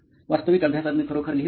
वास्तविक अभ्यासात मी खरोखर लिहित नाही